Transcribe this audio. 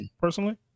personally